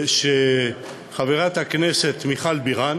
שחברת הכנסת מיכל בירן